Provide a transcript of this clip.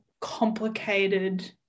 complicated